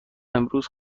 امروز